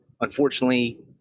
Unfortunately